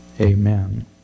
Amen